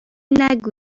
نگو